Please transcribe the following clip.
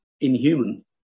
inhuman